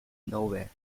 nowhere